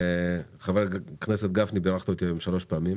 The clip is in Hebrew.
וחבר הכנסת גפני, בירכת אותי היום שלוש פעמים.